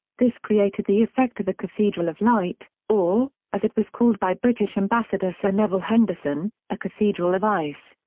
this created the effect of a cathedral of light or, as it was called by british ambassador sir neville henderson, a cathedral of ice.